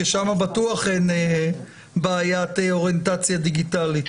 כי שם בטוח אין בעיה של אוריינטציה דיגיטלית.